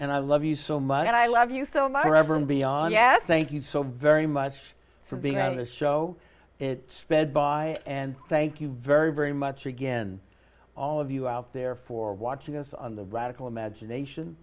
and i love you so much and i love you so much reverend beyond yes thank you so very much for being out of the show it sped by and thank you very very much again all of you out there for watching us on the radical imagination